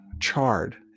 charred